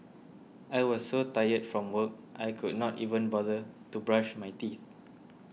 I was so tired from work I could not even bother to brush my teeth